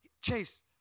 Chase